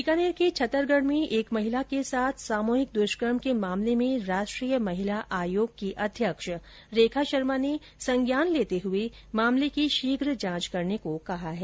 बीकानेर के छत्तरगढ में एक महिला के साथ सामूहिक दुष्कर्म के मामले में राष्ट्रीय महिला आयोग की अध्यक्ष रेखा शर्मा ने संज्ञान लेते हुए मामले की शीघ जांच करने को कहा है